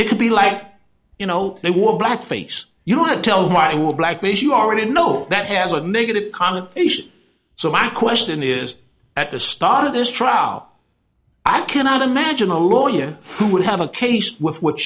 it would be like you know they wore black face you don't tell my i will black means you already know that has a negative connotation so my question is at the start this trial i cannot imagine a lawyer who would have a case with wh